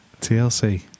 TLC